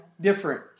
different